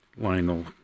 Lionel